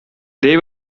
they